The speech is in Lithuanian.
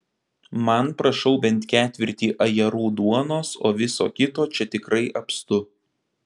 man prašau bent ketvirtį ajerų duonos o viso kito čia tikrai apstu